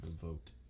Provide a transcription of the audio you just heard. vote